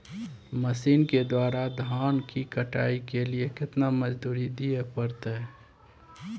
Machine के द्वारा धान की कटाइ के लिये केतना मजदूरी दिये परतय?